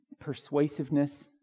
persuasiveness